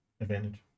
Advantage